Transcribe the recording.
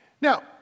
Now